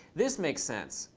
this makes sense.